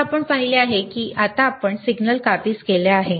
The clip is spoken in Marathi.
तर आपण पाहिले की आपण आता सिग्नल काबीज केला आहे